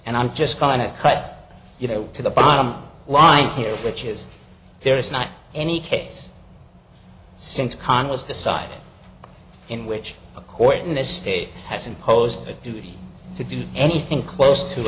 and i'm just going to cut you know to the bottom line here which is there is not any case since congress decided in which a court in this state has imposed a duty to do anything close to